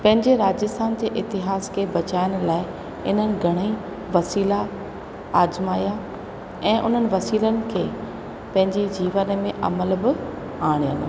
पंहिंजे राजस्थान जे इतिहास खे बचाइण लाइ इन्हनि घणेई वसीला आज़माया ऐं उन्हनि वसीलनि खे पंहिंजे जीवन में अमल बि आणियो